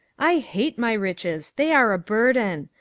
i hate my riches. they are a burden.